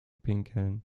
pinkeln